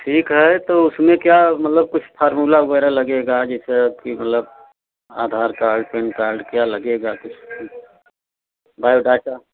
ठीक है तो उसमें क्या मतलब कुछ फार्मूला वग़ैरह लगेगा जैसे कि मतलब आधार कार्ड पैन कार्ड क्या लगेगा कुछ बायोडाटा